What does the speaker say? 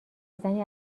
زنی